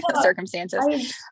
circumstances